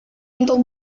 untuk